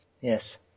Yes